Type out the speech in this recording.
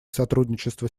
сотрудничество